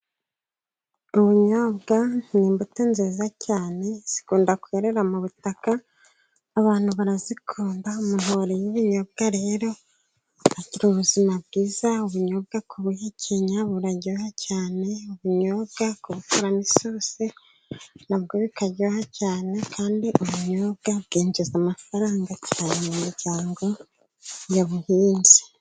Ubunyobwa ni imbuto nziza cyane, zikunda kwerera mu butaka abantu barazikunda umuntu wariye ubunyobwa rero agira ubuzima bwiza, ubunyobwa kubuhekenya buraryoha cyane, ubunyobwa kubukoramo isosi nabwo bikaryoha cyane kandi ubunyobwa bwinjiza amafaranga cyane mu miryango, yabuhinze.